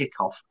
kickoff